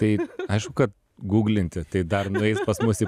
tai aišku kad gūglinti tai dar nueis pas mus į